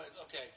okay